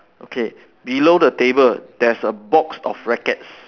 okay below the table there's a box of rackets